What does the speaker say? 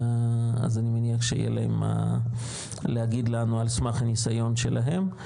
אז אני מאמין שיהיה להם מה להגיד לנו על סמך הניסיון שלהם.